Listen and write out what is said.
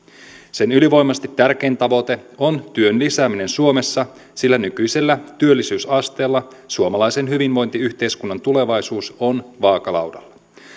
sen ylivoimaisesti tärkein tavoite on työn lisääminen suomessa sillä nykyisellä työllisyysasteella suomalaisen hyvinvointiyhteiskunnan tulevaisuus on vaakalaudalla